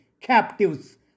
captives